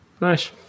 Nice